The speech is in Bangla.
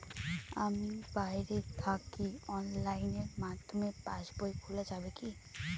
আমি বাইরে থাকি অনলাইনের মাধ্যমে পাস বই খোলা যাবে কি?